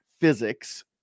physics